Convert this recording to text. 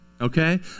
okay